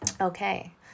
Okay